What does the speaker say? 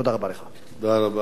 חבר הכנסת חנא סוייד,